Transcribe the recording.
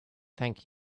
thank